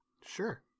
Sure